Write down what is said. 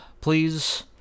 please